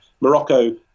Morocco